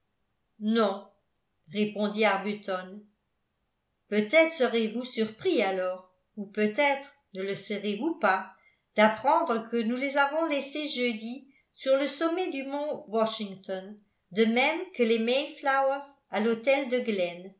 non répondit arbuton peut être serez-vous surpris alors ou peut-être ne le serez-vous pas dapprendre que nous les avons laissés jeudi sur le sommet du mont washington de même que les mayflowers à l'hôtel de glen